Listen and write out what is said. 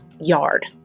yard